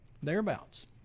thereabouts